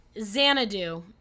Xanadu